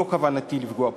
לא כוונתי לפגוע בו.